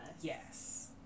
Yes